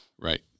right